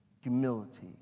humility